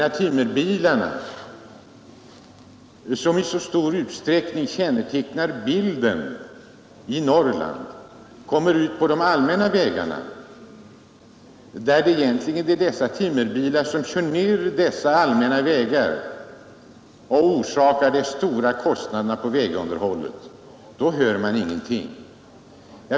När timmerbilarna — som i så stor utsträckning kännetecknar bilden i Norrland — kommer ut på de allmänna vägarna, kör ner dessa vägar och orsakar de stora kostnaderna för vägunderhållet, hör man inga klagomål.